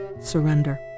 surrender